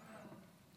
יפה מאוד.